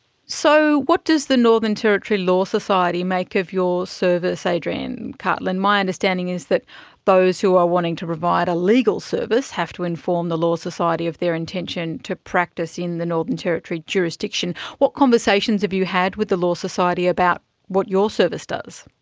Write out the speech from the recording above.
so what does the northern territory law society make of your service, adrian cartland? my understanding is that those who are wanting to provide a legal service have to inform the law society of their intention to practice in the northern territory jurisdiction. what conversations have you had with the law society about what your service does?